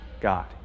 God